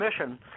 commission